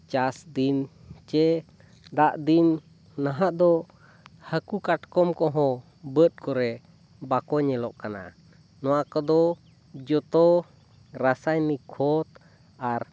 ᱪᱟᱥ ᱫᱤᱱ ᱥᱮ ᱫᱟᱜ ᱫᱤᱱ ᱱᱟᱦᱟᱜ ᱫᱚ ᱦᱟᱹᱠᱩ ᱠᱟᱴᱠᱚᱢ ᱠᱚᱦᱚᱸ ᱵᱟᱹᱫᱽ ᱠᱚᱨᱮ ᱵᱟᱠᱚ ᱧᱮᱞᱚᱜ ᱠᱟᱱᱟ ᱱᱚᱣᱟ ᱠᱚᱫᱚ ᱡᱚᱛᱚ ᱨᱟᱥᱟᱭᱱᱤᱠ ᱠᱷᱚᱛ ᱟᱨ